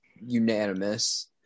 unanimous